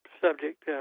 subject